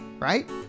Right